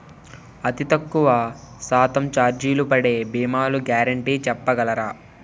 అతి తక్కువ శాతం ఛార్జీలు పడే భీమాలు గ్యారంటీ చెప్పగలరా?